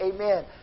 amen